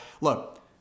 look